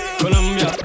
Colombia